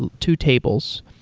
and two tables,